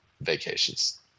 vacations